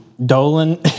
Dolan